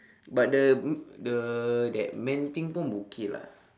but the the that man thing pun okay lah